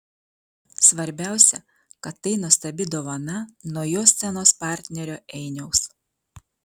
svarbiausia kad tai nuostabi dovana nuo jo scenos partnerio einiaus